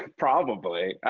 ah probably.